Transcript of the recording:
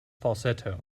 falsetto